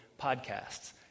podcasts